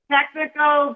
Technical